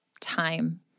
time